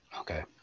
Okay